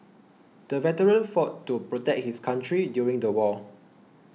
the veteran fought to protect his country during the war